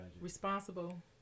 responsible